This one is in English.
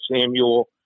Samuel